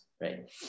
right